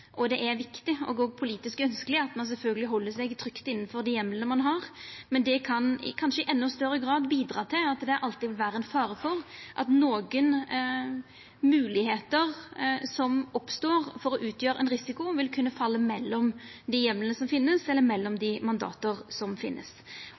og mandat, og fordi det er viktig og politisk ønskjeleg at ein, sjølvsagt, held seg trygt innanfor dei heimlane ein har. Men det kan kanskje i endå større grad bidra til at det alltid vil vera ein fare for at nokre moglegheiter for å utgjera ein risiko som oppstår, vil kunna falla mellom dei heimlane som finst, eller mellom